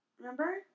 Remember